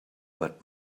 but